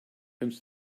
comes